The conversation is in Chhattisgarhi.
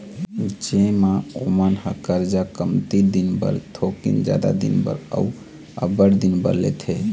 जेमा ओमन ह करजा कमती दिन बर, थोकिन जादा दिन बर, अउ अब्बड़ दिन बर लेथे